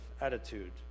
attitude